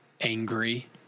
angry